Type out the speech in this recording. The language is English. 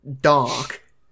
dark